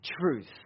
truth